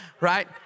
right